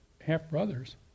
half-brothers